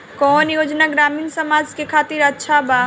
कौन योजना ग्रामीण समाज के खातिर अच्छा बा?